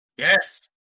Yes